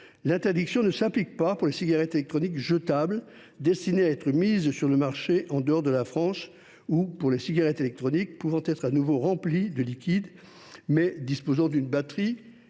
l’interdiction ne s’applique pas aux cigarettes électroniques jetables destinées à être mises sur le marché en dehors de notre pays ou aux cigarettes électroniques pouvant être de nouveau remplies de liquide, mais disposant d’une batterie